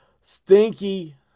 stinky